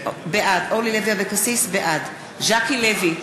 בעד ז'קי לוי,